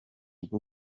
bwo